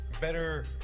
better